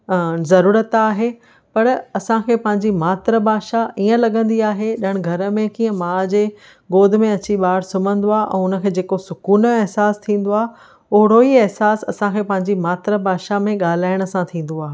ज़रूरत आहे पर असांखे पंहिंजी मातृभाषा इअं लॻंदी आहे ॼण घर में कीअं माउ जे गोद में अची ॿारु सुम्हंदो आहे ऐं हुनखे जेको सुकून उहो एहिसास थींदो आहे ओड़ो ई एहिसास असांखे पंहिंजी मातृभाषा में ॻाल्हाइण सां थींदो आहे